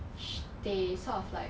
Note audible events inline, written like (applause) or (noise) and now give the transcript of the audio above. (noise) they sort of like